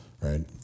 Right